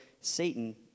Satan